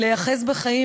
להיאחז בחיים,